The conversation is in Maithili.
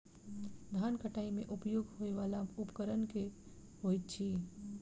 धान कटाई मे उपयोग होयवला उपकरण केँ होइत अछि?